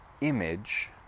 image